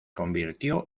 convirtió